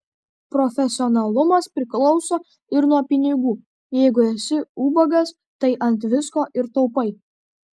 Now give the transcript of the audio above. profesionalumas priklauso ir nuo pinigų jeigu esi ubagas tai ant visko ir taupai